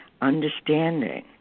understanding